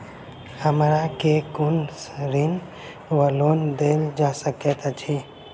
हमरा केँ कुन ऋण वा लोन देल जा सकैत अछि?